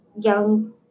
young